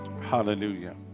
Hallelujah